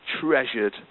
treasured